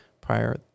prior